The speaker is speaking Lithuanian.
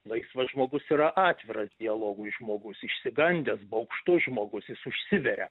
laisvas žmogus yra atviras dialogui žmogus išsigandęs baugštus žmogus jis užsiveria